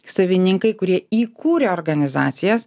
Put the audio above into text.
savininkai kurie įkūrė organizacijas